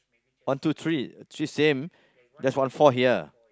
one two three three same just one four here